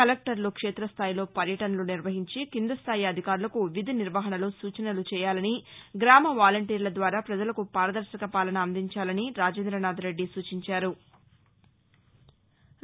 కలెక్లర్లు క్షేతస్వాయిలో పర్యటనలు నిర్వహించి కిందస్దాయి అధికారులకు విధి నిర్వహణలో సూచనలు చేయాలని గ్రామ వాలంటీర్ల ద్వారా పజలకు పారదర్శక పాలన అందించానిలని రాజేంద్రనాథ్ రెడ్డి సూచించారు